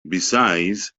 besides